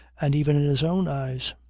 and even in his own eyes.